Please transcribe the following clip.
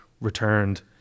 returned